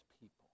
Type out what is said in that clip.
people